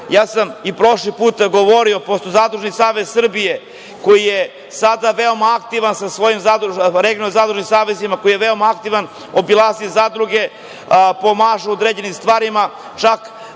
strane, i prošli put sam govorio pošto Zadružni savez Srbije je sada veoma aktivan sa svojim zadrugama, regionalnim zadružnim savezima, koji je veoma aktivan, obilazi zadruge, pomaže u određenim stvarima, čak